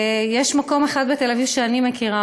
יש מקום אחד בתל אביב שאני מכירה,